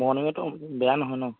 মৰ্ণিঙতো বেয়া নহয় নহ্